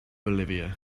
bolivia